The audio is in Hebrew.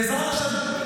בעזרת השם.